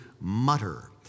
mutter